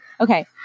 okay